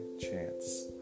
chance